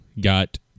got